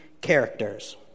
characters